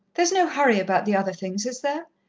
there's no hurry about the other things, is there?